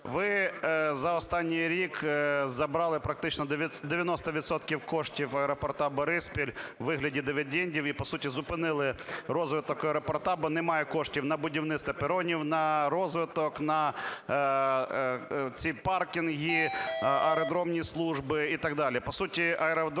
Ви за останній рік забрали практично 90 відсотків коштів аеропорту Бориспіль у вигляді дивідендів і по суті зупинили розвиток аеропорту, бо немає коштів на будівництво перонів, на розвиток, на ці паркінги, аеродромні служби і так далі.